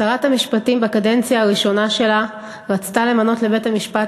שרת המשפטים בקדנציה הראשונה שלה רצתה למנות לבית-המשפט